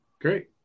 great